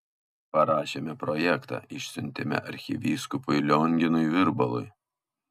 parašėme projektą išsiuntėme arkivyskupui lionginui virbalui